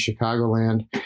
Chicagoland